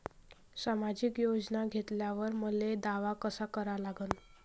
सामाजिक योजना घेतल्यावर मले दावा कसा करा लागन?